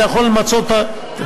אתה יכול למצות את הזכויות,